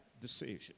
decision